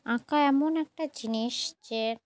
আঁকা এমন একটা জিনিস যে